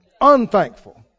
unthankful